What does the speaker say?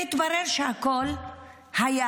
והתברר שהכול היה